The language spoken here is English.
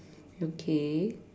okay